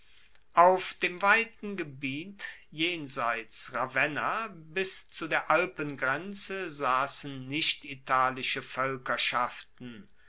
auf dem weiten gebiet jenseits ravenna bis zu der alpengrenze sassen nichtitalische